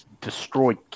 destroyed